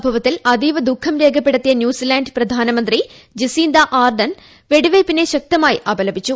സംഭവത്തിൽ അതീവ ദുഃഖം രേഖപ്പെടുത്തിയ ന്യൂസിലാന്റ് പ്രധാനമന്ത്രി ജസീന്ത ആർഡൻ വെടിവയ്പിനെ ശക്തമായി അപലപിച്ചു